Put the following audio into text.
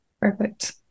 Perfect